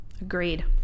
Agreed